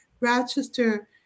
Rochester